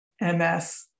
MS